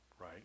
right